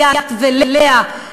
ליאת ולאה,